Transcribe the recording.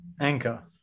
Anchor